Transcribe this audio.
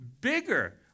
bigger